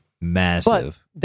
massive